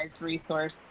resource